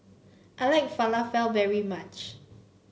I like Falafel very much